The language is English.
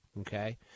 Okay